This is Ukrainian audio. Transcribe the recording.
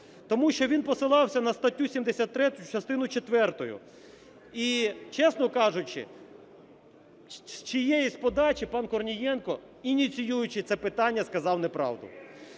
Тому що він посилався на статтю 73 частину четверту, і, чесно кажучи, з чиєїсь подачі пан Корнієнко, ініціюючи це питання, сказав неправду.